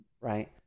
Right